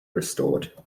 restored